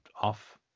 off